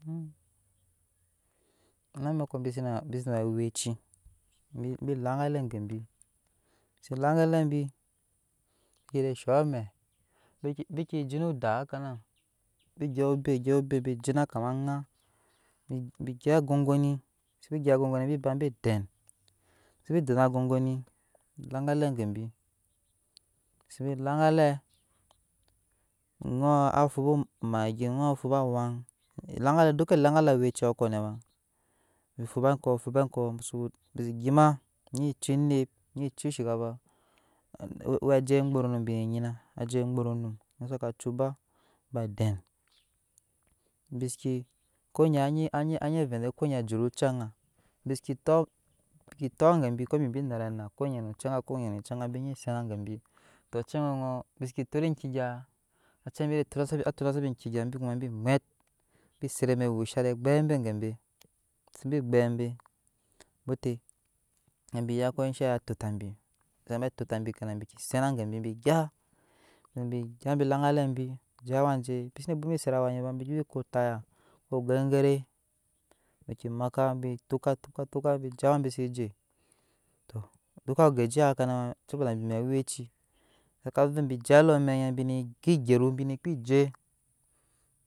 Na mɛkɔ bi se na bisena we aweci bibi langale gebi bise langalebi bike je zhɔot amɛ bike bike hakanan bi gyep obeh gyep obeh be jin kama anga bi gyɛp angonibiseke be gyep angogoni bi den bisebe denna sagoni bi langalr gebi biseke langale oŋɔɔ wa. fuba omggi ɔɔ waa fuba awan elaŋgale duka elangalɛɛ wee kɔnɛ ba mifuba kɔ fuba kɔ musu biseke gyema nyi cu enep nyi cu zhinka fa we ajei gburunum bsene nyina ajei gburunum mɛk saka guba bisii konyɛ anyi vɛɛ de kanye cut ocɛɛ bisiki konyɛ anyi vɛɛ de kanyɛ cut ocɛɛ anga biseke tot tot gebi kobwe binetannaa konye no oce anda konye no ocɛ aŋa binyi sena gebik biseke tot enke gya avɛɛ bi atona sabi enkegyabi kuma bi mwet wash bi snai bigbap be nabiya ko enshe wa totabi sakabe tot tabi nabi gyaa nabi gyaa bi aŋgale bibi kuma bisenne bwoma set awaa nyi ba biko taya kogengele bike maka bi maka bi tuka je awa bi seje to dukka gejiya kana soboda binewa aweei saka vɛɛ bi je alum mɛk nyi bne ga kyenu bine kpe je.